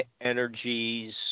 energies –